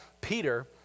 Peter